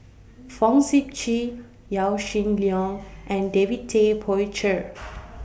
Fong Sip Chee Yaw Shin Leong and David Tay Poey Cher